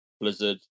Blizzard